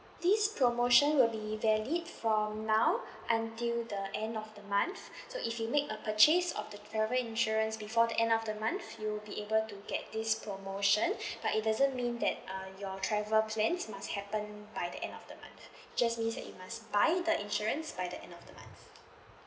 this promotion will be valid from now until the end of the month so if you make a purchase of the travel insurance before the end of the month you will be able to get this promotion but it doesn't mean that uh your travel plans must happen by end of the month just means that you must buy the insurance by end of the month